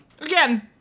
again